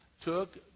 took